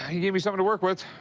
you gave me something to work with.